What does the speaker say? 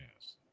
Yes